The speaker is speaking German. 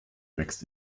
wächst